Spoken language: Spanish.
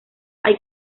hay